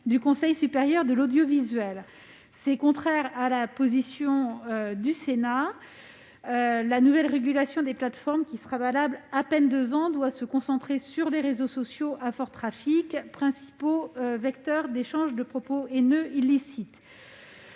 du Conseil supérieur de l'audiovisuel, ce qui est contraire à la position du Sénat. La nouvelle régulation des plateformes, qui sera valable à peine deux ans, doit se concentrer sur les réseaux sociaux à fort trafic, principaux vecteurs d'échanges de propos haineux illicites.